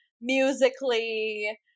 musically